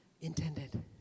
intended